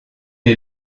est